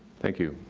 thank you.